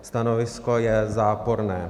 Stanovisko je záporné.